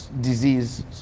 disease